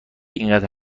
اینقدر